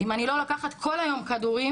אם אני לא לוקחת כל היום כדורים,